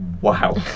wow